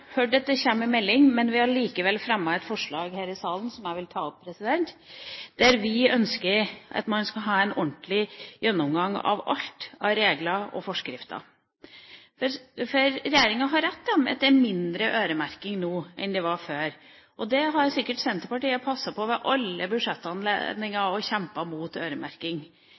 hørt at det kommer en melding, men vi har likevel fremmet et forslag her i salen, som jeg vil ta opp, da vi ønsker at man skal ha en ordentlig gjennomgang av alt av regler og forskrifter. For regjeringa har rett i at det er mindre øremerking nå enn det var før. Senterpartiet har sikkert passet på ved alle budsjettanledninger å kjempe mot øremerking.